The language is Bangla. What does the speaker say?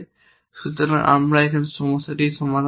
সুতরাং আমরা এখন এই সমস্যাটির সমাধান করেছি